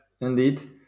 indeed